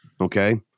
Okay